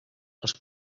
els